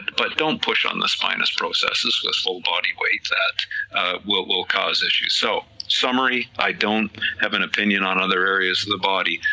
but don't push on the spinous processes with full body weight, that will will cause issues, so summary, i don't have an opinion on other areas of the body,